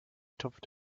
tupft